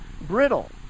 brittle